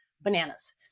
bananas